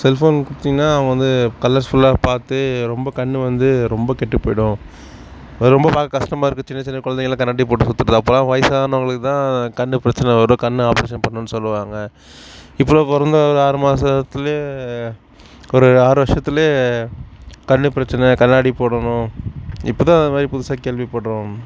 cellphone கொடுத்தீங்கனா அவங்கள் வந்து கலர்ஃபுல்லாக பார்த்து ரொம்ப கண் வந்து ரொம்ப கெட்டுப்போய்விடும் அது ரொம்ப பார்க்க கஷ்டமா இருக்கு சின்ன சின்ன குழந்தைங்கலாம் கண்ணாடி போட்டுகிட்டு சுத்துவது அப்போலாம் வயசானவங்களுக்கு தான் கண் பிரச்சனை வரும் கண் ஆப்ரேஷன் பண்ணணும் சொல்வாங்க இப்போலாம் பிறந்து ஒரு ஆறு மாசத்துலேயே ஒரு ஆறு வருஷத்துலே கண்ணு பிரச்னை கண்ணாடி போடணும் இப்போ தான் அது மாதிரி புதுசாக கேள்விப்படுறோம்